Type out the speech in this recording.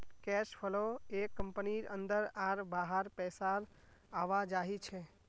cash flow एक कंपनीर अंदर आर बाहर पैसार आवाजाही छे